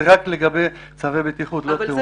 זה רק לגבי צווי בטיחות, לא לגבי תאונות.